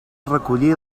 recollir